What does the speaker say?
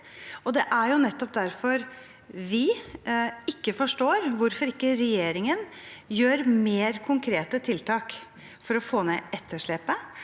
nettopp derfor vi ikke forstår hvorfor regjeringen ikke gjør mer konkrete tiltak for å få ned etterslepet,